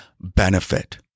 benefit